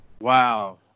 Wow